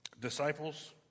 Disciples